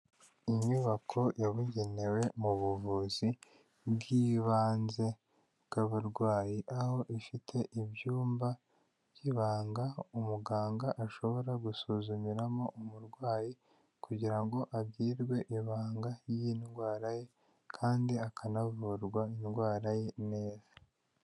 Inyubako yabugenewe mu buvuzi bw'ibanze bw'abarwayi, aho ifite ibyumba by'ibanga umuganga ashobora gusuzumiramo umurwayi kugira ngo agirwe ibanga y'indwara ye kandi akanavurwa indwara ye neza.